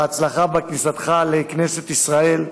בהצלחה בכניסתך לכנסת ישראל.